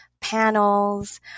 panels